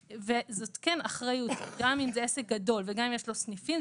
גם אם זה עסק גדול וגם אם יש לו סניפים,